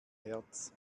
herz